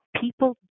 people